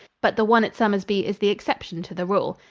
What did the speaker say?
but the one at somersby is the exception to the rule.